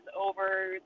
over